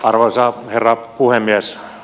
arvoisa herra puhemies